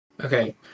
Okay